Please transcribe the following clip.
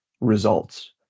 results